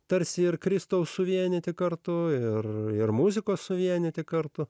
tarsi ir kristaus suvienyti kartu ir muzikos suvienyti kartu